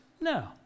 no